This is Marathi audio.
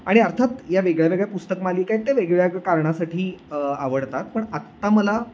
आणि अर्थात या वेगळ्या वेगळ्या पुस्तक मालिका आहे त्या कारणासाठी आवडतात पण आता मला